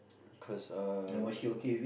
cause uh